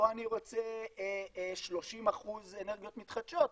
או אני רוצה 30% אנרגיות מתחדשות,